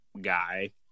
guy